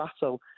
battle